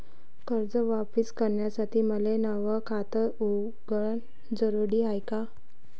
कर्ज वापिस करासाठी मले नव खात उघडन जरुरी हाय का?